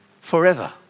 forever